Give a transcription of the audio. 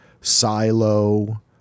silo